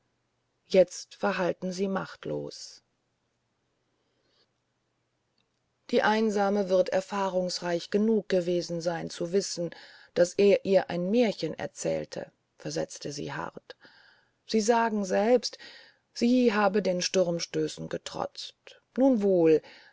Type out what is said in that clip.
jetzt verhallten sie machtlos die einsame wird erfahrungsreich genug gewesen sein zu wissen daß er ihr ein märchen erzählte versetzte sie hart sie sagen selbst sie habe den sturmstößen getrotzt nun wohl